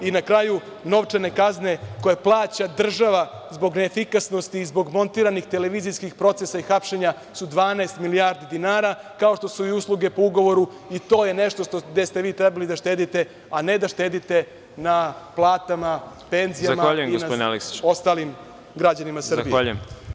I na kraju, novčane kazne koje plaća država zbog neefikasnosti i zbog montiranih televizijskih procesa i hapšenja su 12 milijardi dinara, kao što su i usluge po ugovoru, i to je nešto gde ste vi trebali da štedite, a ne da štedite na platama, penzijama i ostalim građanima Srbije.